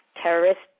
terrorist